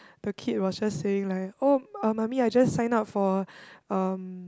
the kid was just saying like oh uh mummy I just sign up for um